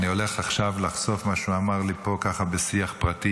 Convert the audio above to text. אני הולך לחשוף עכשיו את מה שהוא אמר לי פה בשיח פרטי,